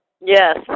Yes